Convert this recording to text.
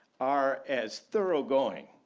are as thoroughgoing,